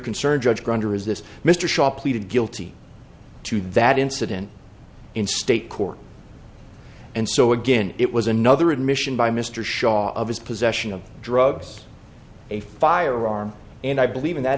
concerned judge grounder is this mr shaw pleaded guilty to that incident in state court and so again it was another admission by mr shaw of his possession of drugs a firearm and i believe in that